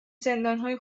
زندانهای